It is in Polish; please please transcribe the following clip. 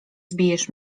zbijesz